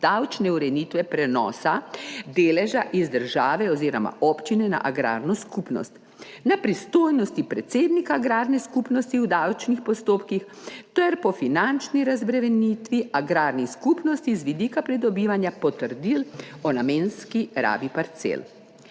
davčne ureditve prenosa deleža z države oziroma občine na agrarno skupnost, na pristojnosti predsednika agrarne skupnosti v davčnih postopkih ter po finančni razbremenitvi agrarnih skupnosti z vidika pridobivanja potrdil o namenski rabi parcel.